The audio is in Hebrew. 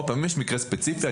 אם יש מקרה ספציפי,